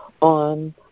on